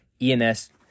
ENS